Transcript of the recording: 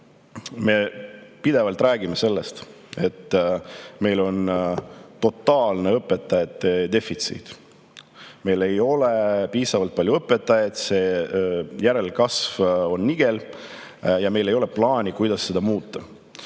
me pidevalt räägime, et meil on totaalne õpetajate defitsiit. Meil ei ole piisavalt palju õpetajaid, järelkasv on nigel ja meil ei ole plaani, kuidas seda muuta.